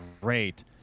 great